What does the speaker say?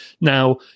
Now